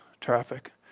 traffic